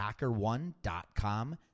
HackerOne.com